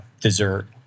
dessert